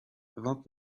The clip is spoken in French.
vingt